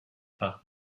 par